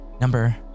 number